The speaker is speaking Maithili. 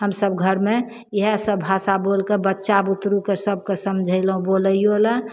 हमसब घरमे इएहे सब भाषा बोलकऽ बच्चा बुतरूके सबके समझैलहुँ बोलैयो लए